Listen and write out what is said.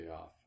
off